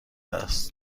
است